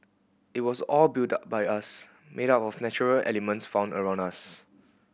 it was all built by us made up of natural elements found around us